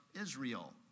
Israel